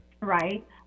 Right